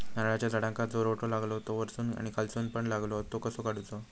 नारळाच्या झाडांका जो रोटो लागता तो वर्सून आणि खालसून पण लागता तो कसो काडूचो?